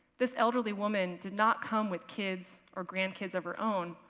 this elderly woman did not come with kids or grandkids of her own,